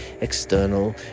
external